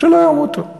שלא ימותו.